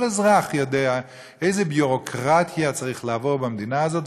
כל אזרח יודע איזה ביורוקרטיה צריך לעבור במדינה הזאת.